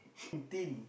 thin